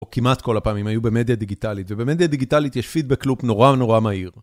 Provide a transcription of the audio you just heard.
או כמעט כל הפעמים היו במדיה דיגיטלית, ובמדיה דיגיטלית יש פידבק לופ נורא נורא מהיר.